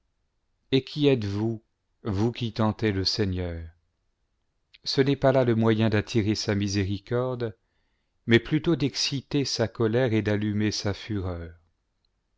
et qui êtes-vous vous qui tentez le seigneur ce n'est pas là le moyen d'attirer sa miséricorde mais plutôt d'exciter sa colère et d'allumer sa fureur